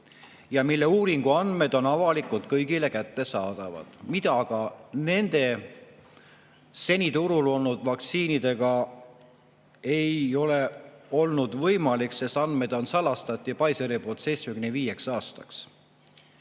ja mille uuringuandmed on avalikult kõigile kättesaadavad. See aga nende seni turul olnud vaktsiinidega ei ole olnud võimalik, sest andmed salastati Pfizeri poolt 75 aastaks.